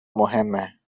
مهمه